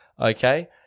Okay